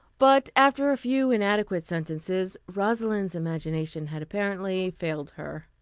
but after a few inadequate sentences rosalind's imagination had apparently failed her.